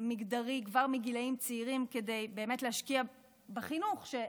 מגדרי כבר מגילים צעירים כדי להשקיע בחינוך,